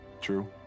true